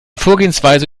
vorgehensweise